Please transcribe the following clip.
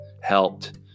helped